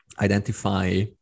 identify